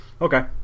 Okay